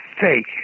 fake